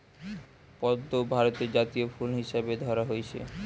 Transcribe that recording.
পদ্ম ভারতের জাতীয় ফুল হিসাবে ধরা হইচে